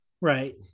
right